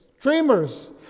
dreamers